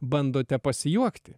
bandote pasijuokti